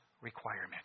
requirement